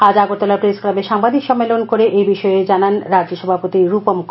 আজ আগরতলা প্রেস ক্লাবে সাংবাদিক সম্মেলন করে এই বিষয়ে জানান রাজ্য সভাপতি রূপম কর